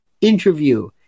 interview